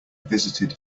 visited